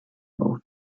auf